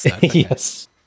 Yes